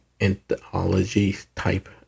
anthology-type